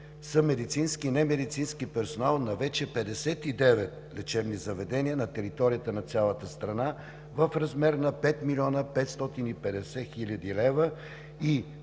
са медицински и немедицински персонал на вече 59 лечебни заведения на територията на цялата страна в размер на 5550 хил. лв. и